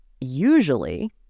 usually